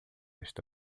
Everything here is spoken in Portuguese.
esta